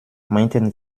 meinten